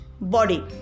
body